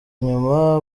inyuma